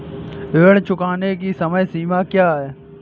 ऋण चुकाने की समय सीमा क्या है?